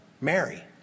Mary